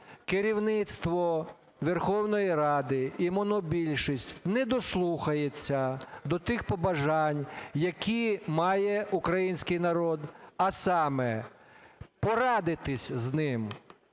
керівництво Верховної Ради і монобільшість не дослухається до тих побажань, які має український народ, а саме порадитись з ним,